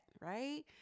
right